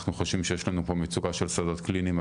אנחנו חושבים שיש לנו פה מצוקה של שדות קליניים.